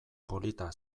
polita